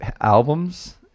albums